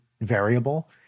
variable